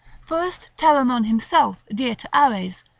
first telamon himself, dear to ares,